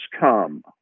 come